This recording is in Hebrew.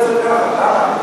למה אתה אומר את זה ככה?